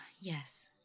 Yes